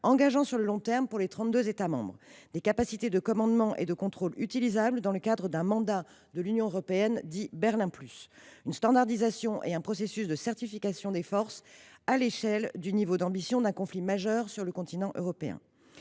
membres sur le long terme. Les accords dits Berlin plus prévoient des capacités de commandement et de contrôle utilisables dans le cadre d’un mandat de l’Union européenne ainsi qu’une standardisation et un processus de certification des forces à l’échelle du niveau d’ambition d’un conflit majeur sur le continent européen.